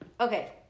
Okay